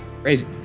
crazy